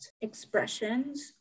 expressions